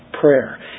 prayer